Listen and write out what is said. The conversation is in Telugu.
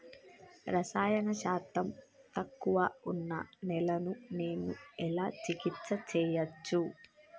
రసాయన శాతం తక్కువ ఉన్న నేలను నేను ఎలా చికిత్స చేయచ్చు?